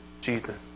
Jesus